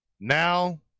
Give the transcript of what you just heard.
now